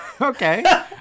Okay